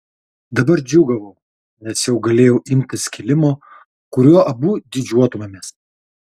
dabar džiūgavau nes jau galėjau imtis kilimo kuriuo abu didžiuotumėmės